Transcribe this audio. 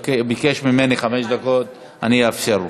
ביקש ממני חמש דקות אני אאפשר לו.